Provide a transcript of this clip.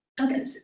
okay